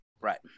Right